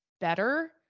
better